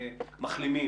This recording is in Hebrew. מחלים,